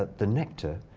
ah the nectar,